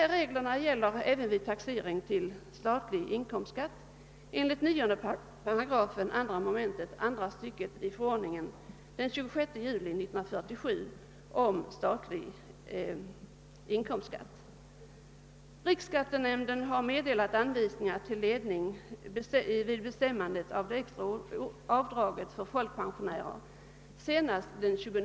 Riksskattenämnden har senast den 29 januari 1969 meddelat anvisningar till ledning för bestämmandet av det extra avdraget för folkpensionärer.